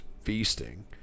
feasting